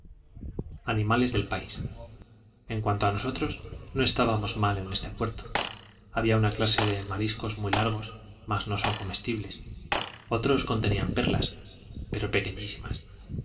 animales del país en cuanto a nosotros no estábamos mal en este puerto había una clase de mariscos muy largos mas no son comestibles otros contenían perlas pero pequeñísimas